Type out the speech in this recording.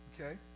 okay